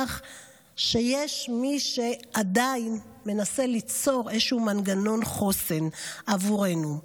שיש מי שעדיין מנסה ליצור איזשהו מנגנון חוסן עבורנו.